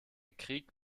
krieg